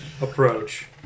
approach